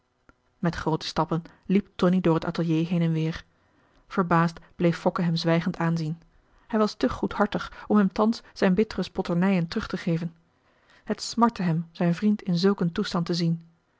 met groote stappen liep tonie door het atelier heen en weer verbaasd bleef fokke hem zwijgend aanzien hij was te goedhartig om hem thans zijn bittere spotternijen terugtegeven het smartte hem zijn vriend in zulk een toestand te zien